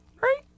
right